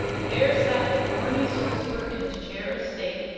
there sat the thorny sorcerer in his chair of state,